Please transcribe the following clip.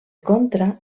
contra